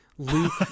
Luke